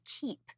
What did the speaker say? keep